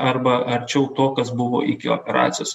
arba arčiau to kas buvo iki operacijos